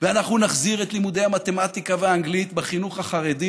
ואנחנו נחזיר את לימודי המתמטיקה והאנגלית בחינוך החרדי,